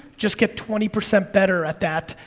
just get twenty percent better at that,